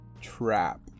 trap